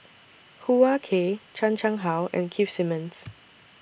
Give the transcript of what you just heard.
Hoo Ah Kay Chan Chang How and Keith Simmons